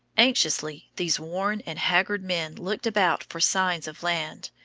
anxiously these worn and haggard men looked about for signs of land,